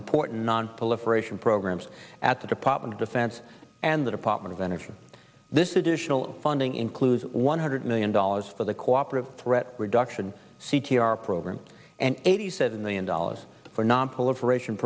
important nonproliferation programs at the department of defense and the department of energy this additional funding includes one hundred million dollars for the cooperative threat reduction c t r program and eighty seven million dollars for nonproliferation